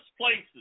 places